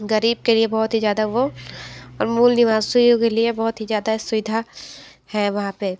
ग़रीब के लिए बहुत ही ज़्यादा वो मूल निवासियों के लिए बहुत ही ज़्यादा सुविधा है वहाँ पर